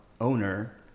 owner